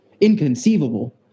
Inconceivable